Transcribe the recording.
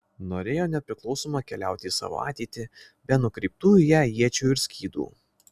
norėjo nepriklausoma keliauti į savo ateitį be nukreiptų į ją iečių ir skydų